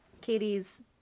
Katie's